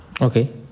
Okay